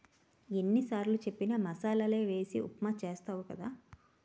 ఎన్ని సారులు చెప్పిన మసాలలే వేసి ఉప్మా చేస్తావు కదా